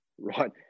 right